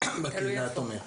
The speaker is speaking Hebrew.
בקהילה התומכת.